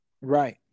Right